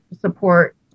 support